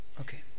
Okay